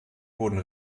wurden